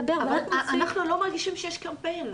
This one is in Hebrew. אנחנו לא מרגישים שיש קמפיין.